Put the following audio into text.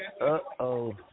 Uh-oh